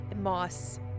Moss